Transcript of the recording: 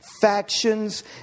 factions